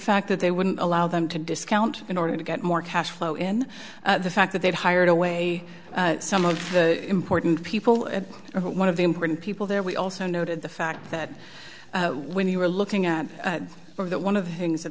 fact that they wouldn't allow them to discount in order to get more cash flow in the fact that they've hired away some of the important people or one of the important people there we also noted the fact that when you were looking at were that one of the things that